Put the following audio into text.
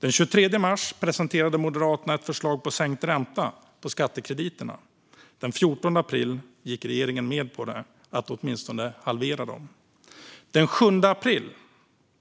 Den 23 mars presenterade Moderaterna ett förslag om sänkt ränta på skattekrediterna. Den 14 april gick regeringen med på att åtminstone halvera den. Den 7 april